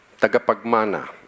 tagapagmana